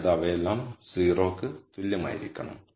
അതായത് അവയെല്ലാം 0 ന് തുല്യമായിരിക്കണം